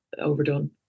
overdone